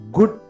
Good